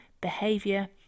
behavior